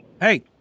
Hey